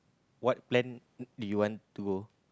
what plan you want to go